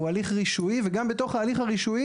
הוא הליך רישויי וגם בתוך ההליך הרישויי